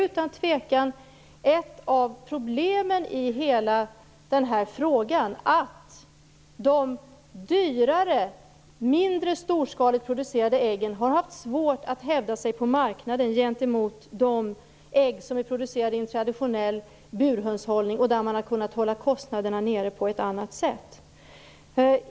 Ett av problemen där är ju att de dyrare och mindre storskaligt producerade äggen haft svårt att hävda sig på marknaden gentemot ägg producerade med traditionell burhönshållning. För dessa har man kunnat hålla nere kostnaderna på ett annat sätt.